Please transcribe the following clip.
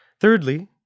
Thirdly